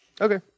Okay